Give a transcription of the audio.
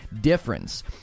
difference